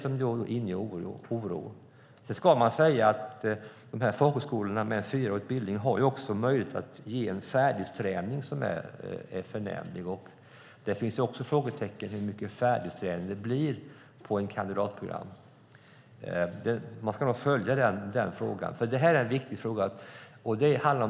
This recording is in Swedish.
Jag vill också framhålla att folkhögskolorna med fyraårig utbildning också har möjlighet att ge en färdighetsträning som är förnämlig. Det finns också frågetecken om hur mycket färdighetsträning det blir på ett kandidatprogram. Man bör nog följa den frågan.